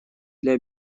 для